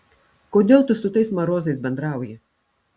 kodėl tu su tais marozais bendrauji